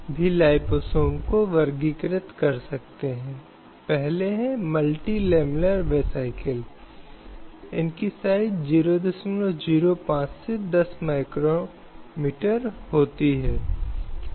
और किसी भी प्रकार की ज़बरदस्ती किसी भी प्रकार का दुर्व्यवहार या किसी भी प्रकार का आपराधिक अपराध नहीं हो सकता है जो किसी व्यक्ति को पसंद के अधिकार का प्रयोग करने के लिए दोषी ठहराया जा सकता है